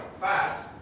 fats